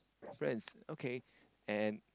friends okay and